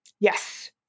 Yes